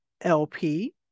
LP